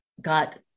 got